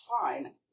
fine